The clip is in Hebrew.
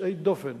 יוצאי הדופן